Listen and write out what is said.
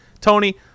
Tony